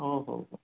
हो हो हो